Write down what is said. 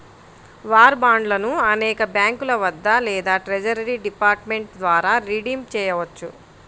war బాండ్లను అనేక బ్యాంకుల వద్ద లేదా ట్రెజరీ డిపార్ట్మెంట్ ద్వారా రిడీమ్ చేయవచ్చు